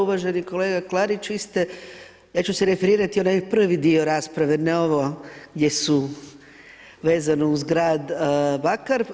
Uvaženi kolega Klarić, vi ste, ja ću si referirati onaj prvi dio rasprave, ne ovo gdje su vezano uz grad Bakar.